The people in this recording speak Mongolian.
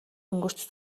өнгөрч